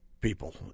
people